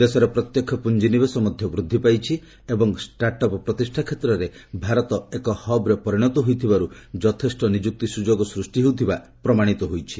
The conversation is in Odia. ଦେଶରେ ପ୍ରତ୍ୟକ୍ଷ ପୁଞ୍ଜିନିବେଶ ମଧ୍ୟ ବୃଦ୍ଧି ପାଇଛି ଏବଂ ଷ୍ଟାର୍ଟ ଅପ୍ ପ୍ରତିଷ୍ଠା କ୍ଷେତ୍ରରେ ଭାରତ ଏକ ହବ୍ରେ ପରିଣତ ହୋଇଥିବାରୁ ଯଥେଷ୍ଟ ନିଯୁକ୍ତି ସୁଯୋଗ ସୂଷ୍ଟି ହେଉଥିବା ପ୍ରମାଣିତ ହୋଇଛି